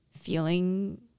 feeling